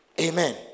Amen